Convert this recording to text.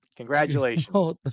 Congratulations